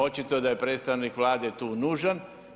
Očito da je predstavnik Vlade tu nužan.